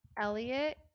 elliot